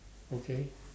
okay